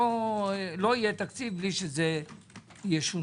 לא יהיה תקציב בלי שזה ישונה.